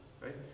right